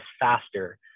faster